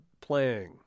playing